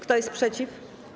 Kto jest przeciw?